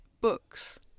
books